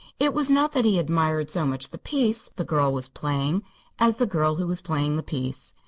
it was not that he admired so much the piece the girl was playing as the girl who was playing the piece.